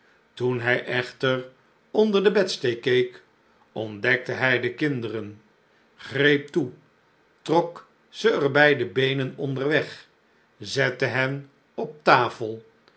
toen hij echter onder de bedsteê keek ontdekte hij de kinderen greep toe trok ze er bij de beenen onder weg zette hen op de tafel